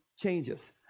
changes